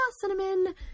cinnamon